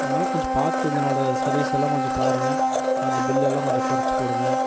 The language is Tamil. அதனால் கொஞ்சம் பார்த்து இதனோட சர்வீஸ் எல்லாம் கொஞ்சம் பாருங்க அந்த பில்லு எல்லாம் கொஞ்சம் குறைச்சி போடுங்க